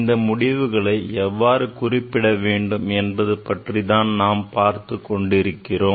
இந்த முடிவுகளை எவ்வாறு குறிப்பிட வேண்டும் என்பது பற்றி தான் பார்த்துக் கொண்டிருக்கிறோம்